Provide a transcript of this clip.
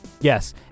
Yes